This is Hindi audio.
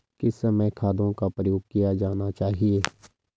किस समय खादों का प्रयोग किया जाना चाहिए?